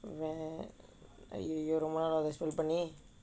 யம்மாள்:yammaal school பண்ணி:panni